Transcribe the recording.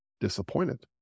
disappointed